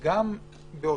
מירב,